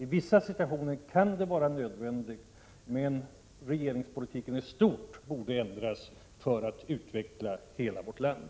I vissa situationer kan det vara nödvändigt, men regeringspolitiken i stort borde ändras för att utveckla hela vårt land.